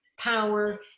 power